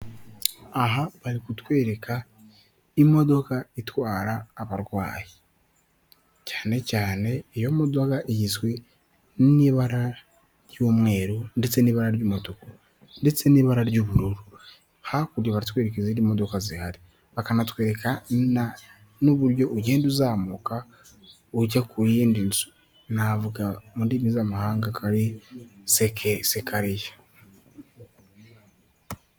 Aha bari kutwereka imodoka itwara abarwayi cyane cyane iyo modoka igizwe n'ibara ry'umweru ndetse n'ibara ry'umutuku ndetse n'ibara ry'ubururu hakurya baratwereka izindi modoka zihari bakanatwereka n'uburyo ugenda uzamuka ujya ku yindi nzu navuga mu ndimi z'amahanga ko ari sekariye.